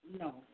No